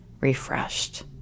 refreshed